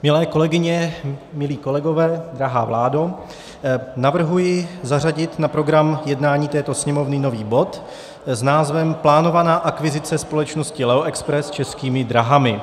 Milé kolegyně, milí kolegové, drahá vládo, navrhuji zařadit na program jednání této Sněmovny nový bod s názvem Plánovaná akvizice společnosti Leo Express Českými dráhami.